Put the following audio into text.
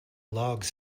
logs